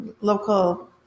local